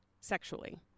sexually